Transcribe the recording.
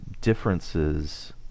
differences